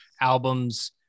albums